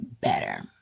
better